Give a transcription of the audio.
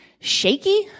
shaky